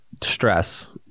stress